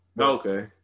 Okay